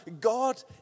God